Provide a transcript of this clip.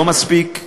לא מספיק,